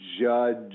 judge